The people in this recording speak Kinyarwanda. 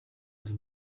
ari